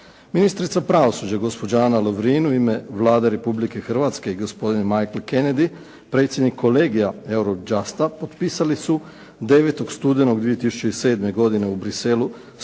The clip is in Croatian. Ministrica pravosuđa gospođa Ana Lovrin u ime Vlade Republike Hrvatske i gospodin Michael Kenedy, predsjednik kolegija Eurojusta potpisali su 9. studenog 2007. godine u Bruxellesu